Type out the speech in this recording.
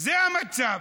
זה המצב.